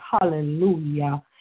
hallelujah